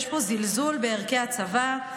יש פה זלזול בערכי הצבא,